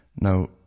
Now